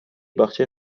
باغچه